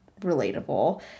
relatable